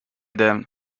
then